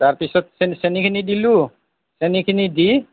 তাৰ পিছত চেন চেনীখিনি দিলো চেনীখিনি দি